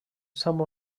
some